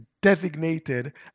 designated